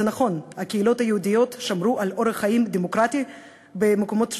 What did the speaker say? זה נכון: הקהילות היהודיות שמרו על אורח חיים דמוקרטי במקומות שונים,